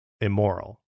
immoral